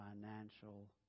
financial